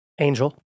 Angel